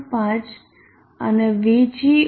5 અને VGO 1